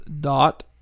dot